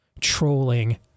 trolling